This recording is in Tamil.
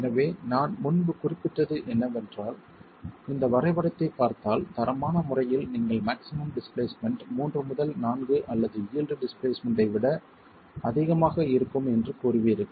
எனவே நான் முன்பு குறிப்பிட்டது என்னவென்றால் இந்த வரைபடத்தைப் பார்த்தால் தரமான முறையில் நீங்கள் மாக்ஸிமம் டிஸ்பிளேஸ்மென்ட் 3 முதல் 4 அல்லது யீல்டு டிஸ்பிளேஸ்மென்ட் ஐ விட அதிகமாக இருக்கும் என்று கூறுவீர்கள்